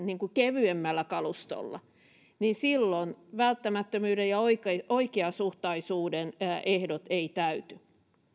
niin kuin kevyemmällä kalustolla niin silloin välttämättömyyden ja oikeasuhtaisuuden ehdot eivät täyty